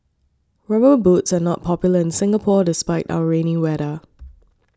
rubber boots are not popular in Singapore despite our rainy weather